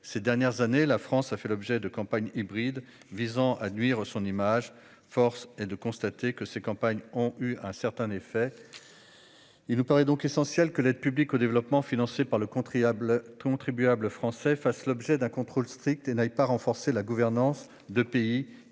des dernières années, la France a fait l'objet de campagnes hybrides visant à nuire à son image. Force est de constater que ces campagnes ont eu un certain effet ... Il nous paraît essentiel que l'aide publique au développement financée par le contribuable français fasse l'objet d'un contrôle strict et n'aille pas renforcer la gouvernance de pays